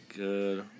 good